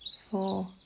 four